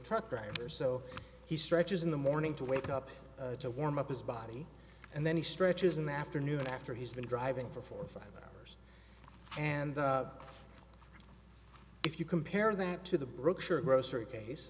truck driver so he stretches in the morning to wake up to warm up his body and then he stretches in the afternoon after he's been driving for four five and if you compare that to the brochure grocery case